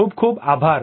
ખુબ ખુબ આભાર